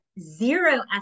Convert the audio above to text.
zero